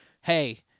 hey